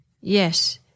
Yes